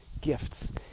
gifts